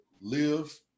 live